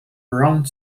round